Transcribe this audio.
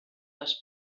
les